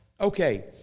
Okay